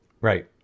Right